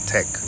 Tech